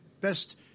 best